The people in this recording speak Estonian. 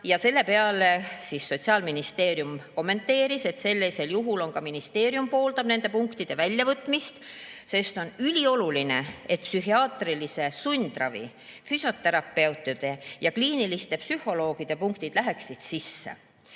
Selle peale Sotsiaalministeerium kommenteeris, et sellisel juhul ka ministeerium pooldab nende punktide väljavõtmist, sest on ülioluline, et psühhiaatrilise sundravi, füsioterapeutide ja kliiniliste psühholoogide punktid läheksid sisse.